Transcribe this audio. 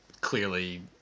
clearly